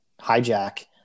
hijack